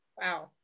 Wow